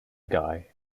guy